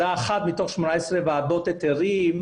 אם מישהו מחברי הוועדה מעלה בעיה אני מחזיר את ההיתר לתיקון.